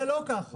זה לא ככה,